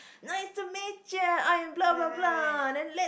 no it's a midget I am blah blah blah then let